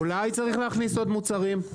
אולי צריך להכניס עוד מוצרים?